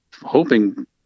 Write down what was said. hoping